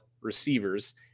receivers